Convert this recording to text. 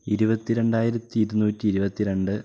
ഇരുപത്തി രണ്ടായിരത്തി ഇരുന്നൂറ്റി ഇരുപത്തിരണ്ട്